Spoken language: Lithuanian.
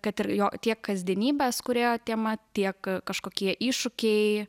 kad ir jo tiek kasdienybės kūrėjo tema tiek kažkokie iššūkiai